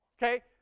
Okay